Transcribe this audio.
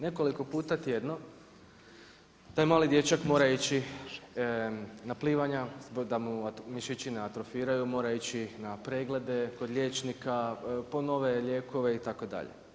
Nekoliko puta tjedno taj mali dječak mora ići na plivanja da mu mišići ne atrofiraju, mora ići na preglede kod liječnika, po nove lijekove itd.